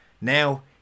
Now